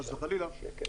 חס וחלילה,